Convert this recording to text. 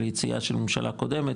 של יציאה של ממשלה קודמת,